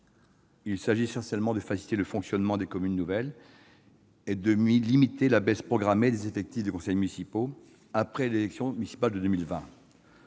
Il s'agit essentiellement de faciliter le fonctionnement des communes nouvelles et de limiter la baisse programmée des effectifs des conseils municipaux après les élections municipales de 2020.